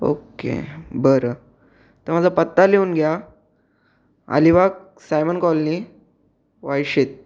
okay बरं तर माझा पत्ता लिहून घ्या अलिबाग सायमन कॉलनी वाईशेत